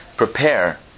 Prepare